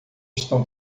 estão